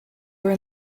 were